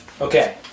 okay